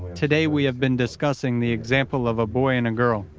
today we have been discussing the example of a boy and and girl.